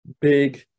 Big